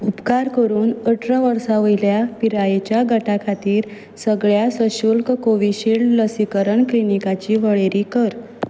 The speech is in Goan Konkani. उपकार करून अठरा वर्सां वयल्या पिरायेच्या गटा खातीर सगळ्या सशुल्क कोविशिल्ड लसीकरण क्लिनीकांची वळेरी कर